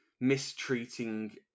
mistreating